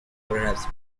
perhaps